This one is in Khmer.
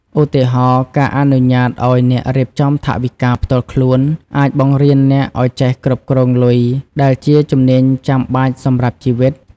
ឧទាហរណ៍ ការអនុញ្ញាតឲ្យអ្នករៀបចំថវិកាផ្ទាល់ខ្លួន អាចបង្រៀនអ្នកឲ្យចេះគ្រប់គ្រងលុយ ដែលជាជំនាញចាំបាច់សម្រាប់ជីវិត។